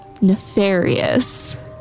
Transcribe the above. nefarious